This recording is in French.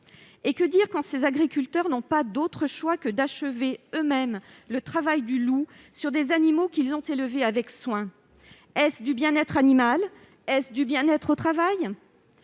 Que dire quand des agriculteurs n'ont pas d'autre choix que d'achever eux-mêmes le travail du loup sur des animaux qu'ils ont élevés avec soin ? Est-ce du bien-être animal ? Est-ce du bien-être au travail ?